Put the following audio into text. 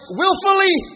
willfully